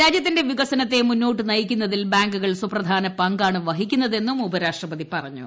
രാജൃത്തിന്റെ വികസനത്തെ മുന്നോട്ട് നയിക്കുന്നതിൽ ബാങ്കുകൾ സുപ്രധാന പങ്കാണ് വഹിക്കുന്നതെന്നും ഉപരാഷ്ട്രപതി പറഞ്ഞു